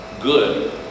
good